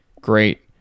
great